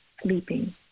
sleeping